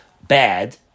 bad